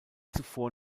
zuvor